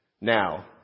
Now